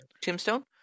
Tombstone